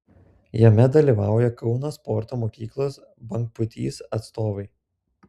jame dalyvauja kauno sporto mokyklos bangpūtys atstovai